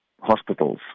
hospitals